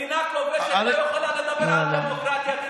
מדינה כובשת לא יכולה לדבר על דמוקרטיה.